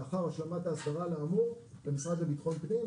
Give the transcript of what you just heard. לאחר השלמת ההסדרה, למשרד לביטחון פנים.